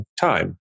time